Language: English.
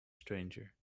stranger